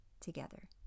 together